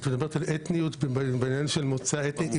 את מדברת על אתניות בכוונה של מוצא אתני?